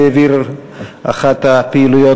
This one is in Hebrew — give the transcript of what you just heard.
שהעביר את אחת הפעילויות.